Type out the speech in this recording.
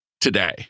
today